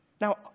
Now